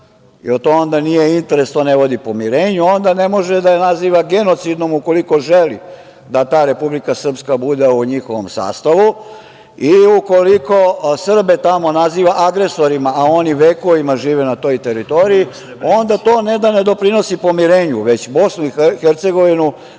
jer to onda nije interes, to ne vodi pomirenju. Ne može ni da je naziva genocidnom ukoliko želi da ta Republika Srpska bude u njihovom sastavu i ukoliko Srbe tamo naziva agresorima, a oni vekovima žive na toj teritoriji, onda to, ne da ne doprinosi pomirenju, već BiH može da čini